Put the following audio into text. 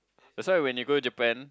that's why when you go Japan